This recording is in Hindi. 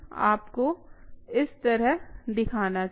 आपको इस तरह दिखाना चाहिए